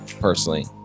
personally